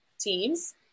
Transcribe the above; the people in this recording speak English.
teams